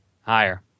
Higher